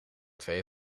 twee